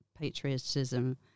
patriotism